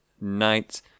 knight